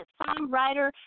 songwriter